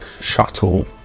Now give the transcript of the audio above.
shuttle